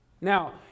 Now